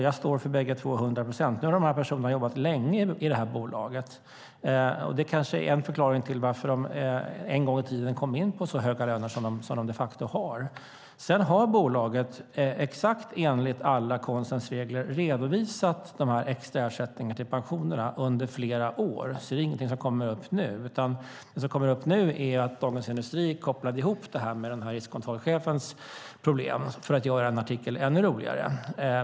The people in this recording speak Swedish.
Jag står för bägge till hundra procent. Nu har dessa personer jobbat länge i bolaget, och det kanske är en förklaring till att de en gång i tiden kom in på så höga löner som de de facto har. Sedan har bolaget exakt och enligt alla konstens regler redovisat de extra ersättningarna till pensioner under flera år, så det är ingenting som kommer upp nu. Det som kommer upp nu är i stället att Dagens Industri kopplade ihop detta med riskkontrollchefens problem för att göra en artikel ännu roligare.